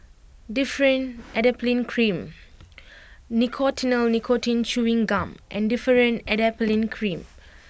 Differin Adapalene Cream Nicotinell Nicotine Chewing Gum and Differin Adapalene Cream